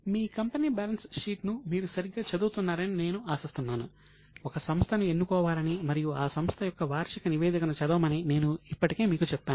మీ company balance sheet ను మీరు సరిగ్గా చదువుతున్నారని నేను ఆశిస్తున్నాను ఒక సంస్థను ఎన్నుకోవాలని మరియు ఆ సంస్థ యొక్క వార్షిక నివేదికను చదవమని నేను ఇప్పటికే మీకు చెప్పాను